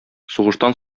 сугыштан